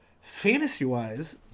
fantasy-wise